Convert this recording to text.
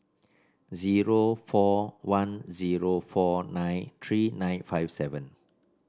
zero four one zero four nine three nine five seven